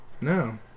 No